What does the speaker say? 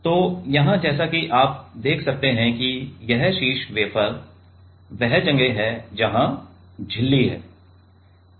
तो यहाँ जैसा कि आप देख सकते हैं कि यह शीर्ष वेफर वह जगह है जहाँ झिल्ली है